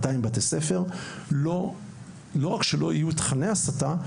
לא רק שלא יהיו תכני הסתה,